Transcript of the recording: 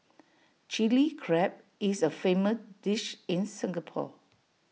Chilli Crab is A famous dish in Singapore